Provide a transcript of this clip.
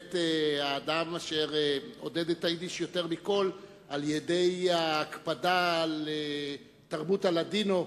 באמת האדם אשר עודד את היידיש יותר מכול על-ידי הקפדה על תרבות הלדינו,